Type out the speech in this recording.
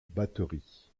batterie